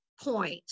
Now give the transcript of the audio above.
point